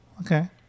Okay